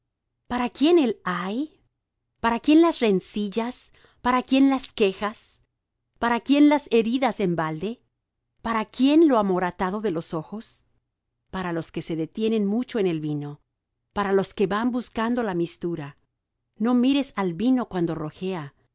para quién el ay para quién las rencillas para quién las quejas para quién las heridas en balde para quién lo amoratado de los ojos para los que se detienen mucho en el vino para los que van buscando la mistura no mires al vino cuando rojea